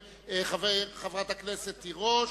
חברת הכנסת תירוש,